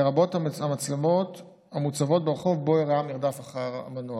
לרבות המצלמות המוצבות ברחוב שבו אירע המרדף אחר המנוח,